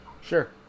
Sure